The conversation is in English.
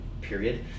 period